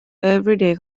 everyday